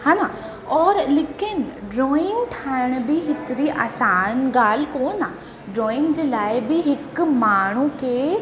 हा न और लेकिनि ड्रॉइंग ठाहिण बि हेतिरी आसान ॻाल्हि कोन आहे ड्रॉइंग जे लाइ बि हिकु माण्हूअ खे